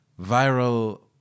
viral